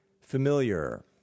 familiar